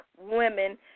women